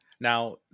Now